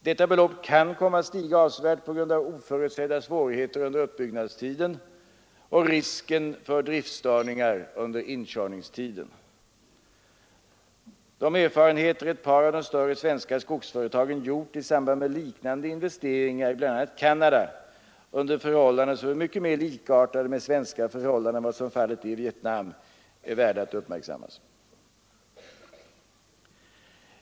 Detta belopp kan komma att stiga avsevärt på grund av oförutsedda svårigheter under uppbyggnadsskedet och risken för driftstörningar under inkörningstiden. De erfarenheter ett par av de större svenska skogsföretagen gjort i samband med liknande investeringar i bl.a. Canada, under förhållanden som är mycket mera lika svenska förhållanden än vad som är fallet i Vietnam, är värda att uppmärksammas.